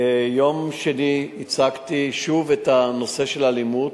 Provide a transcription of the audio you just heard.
ביום שני הצגתי שוב את הנושא של האלימות,